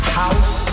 house